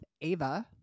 Ava